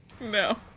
No